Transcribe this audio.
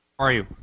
are you